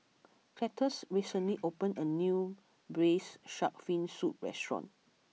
Cletus recently opened a new Braised Shark Fin Soup restaurant